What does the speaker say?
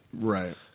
Right